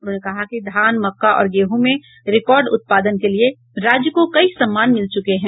उन्होंने कहा कि धान मक्का और गेहूं में रिकॉर्ड उत्पादन के लिये राज्य को कई सम्मान मिल चुके हैं